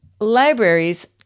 Libraries